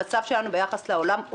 המצב שלנו ביחס לעולם,